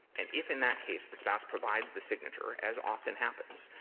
and if, in that case, the spouse provides the signature, as often happens,